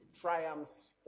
triumphs